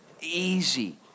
easy